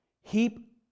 heap